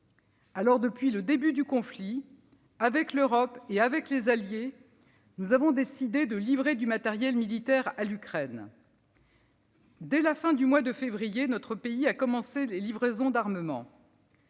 Alors, depuis le début du conflit, avec l'Europe et avec les alliés, nous avons décidé de livrer du matériel militaire à l'Ukraine. Dès la fin du mois de février, notre pays a commencé les livraisons d'armement.